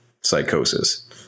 psychosis